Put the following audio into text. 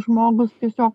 žmogus tiesio